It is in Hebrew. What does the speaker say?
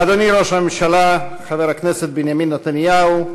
אדוני ראש הממשלה חבר הכנסת בנימין נתניהו,